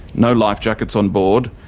no life jackets on board,